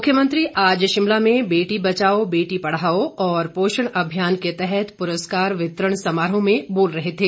मुख्यमंत्री आज शिमला में बेटी बचाओ बेटी पढ़ाओ और पोषण अभियान के तहत पुरस्कार वितरण समारोह में बोल रहे थे